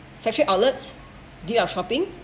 factory outlets did our shopping